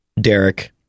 Derek